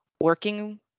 working